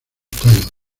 tallos